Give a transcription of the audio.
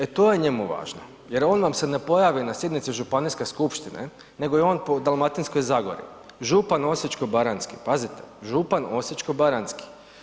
E to je njemu važno jer on vam se ne pojavi na sjednici županijske skupštine nego je on po Dalmatinskoj zagori, župan osječko-baranjski, pazite, župan osječko-baranjski.